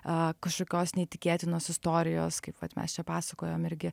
a kažkokios neįtikėtinos istorijos kaip vat mes čia pasakojom irgi